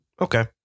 okay